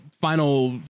final